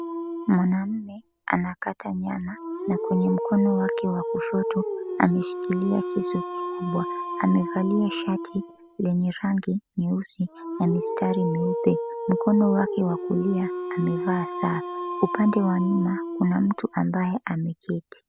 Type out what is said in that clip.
Mwanamume anakata nyama na kwenye mkono wake wa kushoto ameshikilia kisu kikubwa. Amevalia shati lenye rangi nyeusi na mistari myeupe. Mkono wake wa kulia amevaa saa. Upande wa nyuma kuna mtu ambaye ameketi.